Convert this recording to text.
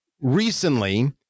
recently